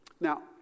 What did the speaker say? Now